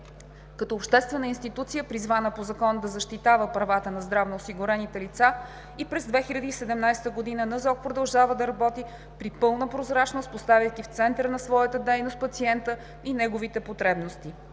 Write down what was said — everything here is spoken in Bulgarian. Като обществена институция, призвана по закон да защитава правата на здравноосигурените лица, и през 2017 г. Националната здравноосигурителна каса продължава да работи при пълна прозрачност, поставяйки в центъра на своята дейност пациента и неговите потребности.